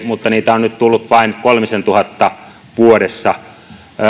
mutta niitä on nyt tullut vain kolmisentuhatta vuodessa